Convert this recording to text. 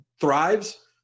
thrives